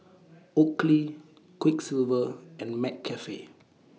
Oakley Quiksilver and McCafe